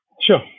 sure